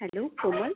hello Komal